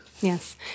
Yes